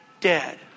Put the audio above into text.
dead